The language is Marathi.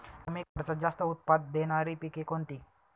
कमी खर्चात जास्त उत्पाद देणारी पिके कोणती?